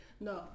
No